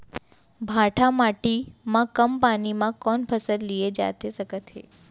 भांठा माटी मा कम पानी मा कौन फसल लिए जाथे सकत हे?